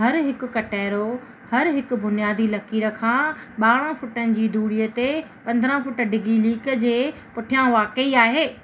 हर हिकु कटिहरो हर हिकु बुनियादी लकीर खां ॿारहं फुटनि जी दूरीअ ते पंद्रहं फुट ॾिघी लीक जे पुठियां वाक़ई आहे